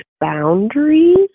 boundaries